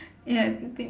ya I think